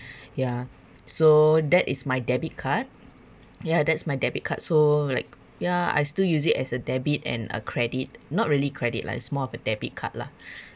ya so that is my debit card ya that's my debit card so like ya I still use it as a debit and a credit not really credit lah it's more of a debit card lah